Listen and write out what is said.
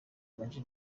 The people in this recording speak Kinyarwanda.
amag